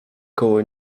koło